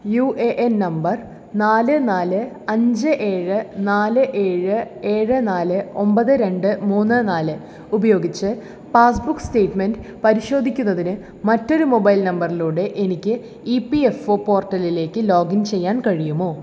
U A N നമ്പർ നാല് നാല് അഞ്ച് ഏഴ് നാല് ഏഴ് ഏഴ് നാല് ഒമ്പത് രണ്ട് മൂന്ന് നാല് ഉപയോഗിച്ച് പാസ്ബുക്ക് സ്റ്റേറ്റ്മെൻറ് പരിശോധിക്കുന്നതിന് മറ്റൊരു മൊബൈൽ നമ്പറിലൂടെ എനിക്ക് ഇ പി എഫ് ഒ പോർട്ടലിലേക്ക് ലോഗിൻ ചെയ്യാൻ കഴിയുമോ